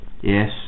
Yes